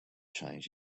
change